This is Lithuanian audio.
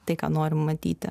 tai ką norim matyti